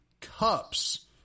cups